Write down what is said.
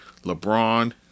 LeBron